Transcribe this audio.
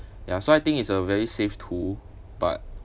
ya so I think it's a very safe tool but